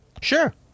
sure